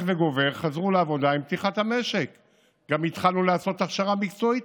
חזרו לעבודה בקצב הולך וגובר עם פתיחת המשק.